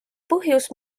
põhjus